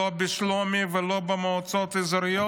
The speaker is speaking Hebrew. לא בשלומי ולא במועצות אזוריות,